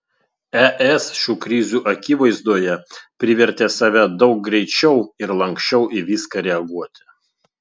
es šių krizių akivaizdoje privertė save daug greičiau ir lanksčiau į viską reaguoti